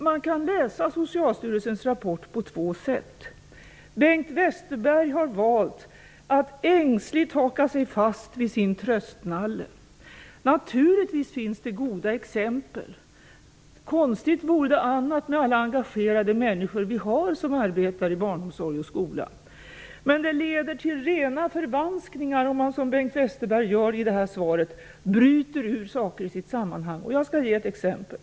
Man kan läsa Socialstyrelsens rapport på två sätt. Bengt Westerberg har valt att ängsligt haka sig fast vid sin tröstnalle. Naturligtvis finns det goda exempel. Konstigt vore det annars, med alla engagerade människor som arbetar i barnomsorg och skola. Men det leder till rena förvanskningar om man, som Bengt Westerberg gör i svaret, bryter ut saker ur sitt sammanhang. Jag skall ge ett exempel.